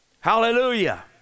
Hallelujah